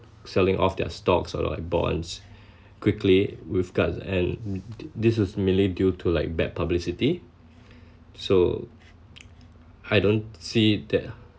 selling off their stocks or like bonds quickly with guts and this was mainly due to like bad publicity so I don't see that